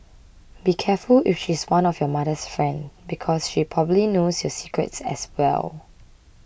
be careful if she's one of your mother's friend because she probably knows your secrets as well